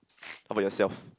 how about yourself